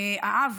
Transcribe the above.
האב